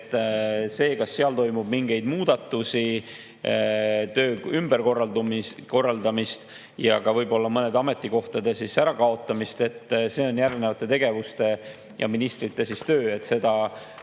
juttu – kas seal toimub mingeid muudatusi, töö ümberkorraldamist ja võib-olla mõnede ametikohtade ärakaotamist, see on järgnevate tegevuste ja ministrite töö. Seda